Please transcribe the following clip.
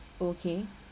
okay